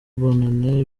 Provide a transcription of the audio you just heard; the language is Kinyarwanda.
bonane